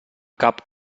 cap